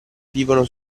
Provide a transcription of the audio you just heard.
vivono